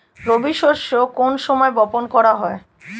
রবি শস্য কোন সময় বপন করা হয়?